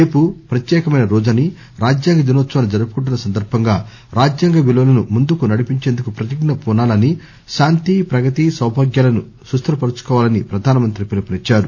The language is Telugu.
రేపు ప్రత్యేకమైన రోజని రాజ్యాంగ దినోత్సవాన్ని జరుపుకుంటున్న సందర్బంగా రాజ్యాంగ విలువలను ముందుకు నడిపించేందుకు ప్రతిజ్ఞ పూనాలని శాంతి ప్రగతి సౌభాగ్యాలను సుస్థిరపర్చుకోవాలని ప్రధాన మంత్రి పిలుపునిచ్చారు